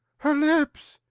her lips!